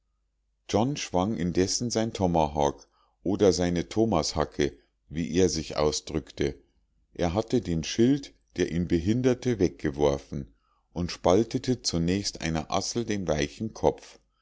john schwang indessen sein tomahawk oder seine tomashacke wie er sich ausdrückte er hatte den schild der ihn behinderte weggeworfen und spaltete zunächst einer assel den weichen kopf